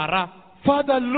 Father